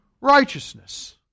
righteousness